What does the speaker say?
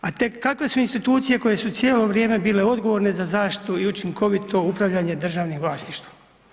A tek kakve su institucije koje su cijelo vrijeme bile odgovorne za zaštitu i učinkovito upravljanje državnim vlasništvom.